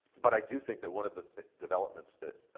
but i do think that one of the developments that